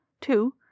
Two